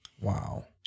Wow